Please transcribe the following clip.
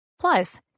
Plus